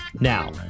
Now